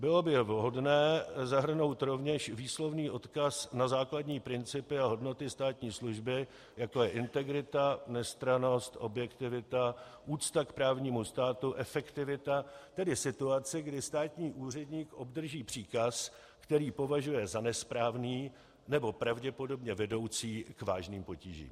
Bylo by vhodné zahrnout rovněž výslovný odkaz na základní principy a hodnoty státní služby, jako je integrita, nestrannost, objektivita, úcta k právnímu státu, efektivita; tedy situaci, kdy státní úředník obdrží příkaz, který považuje za nesprávný nebo pravděpodobně vedoucí k vážným potížím.